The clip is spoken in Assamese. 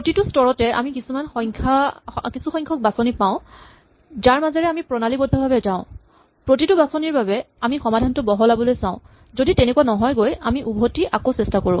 প্ৰতিটো স্তৰতে আমি কিছু সংখ্যক বাচনি পাওঁ যাৰ মাজেৰে আমি প্ৰণালীবদ্ধভাৱে যাওঁ প্ৰতিটো বাচনিৰ বাবে আমি সমাধানটো বহলাবলৈ চাওঁ যদি তেনেকুৱা নহয়গৈ আমি উভতি আহি আকৌ চেষ্টা কৰো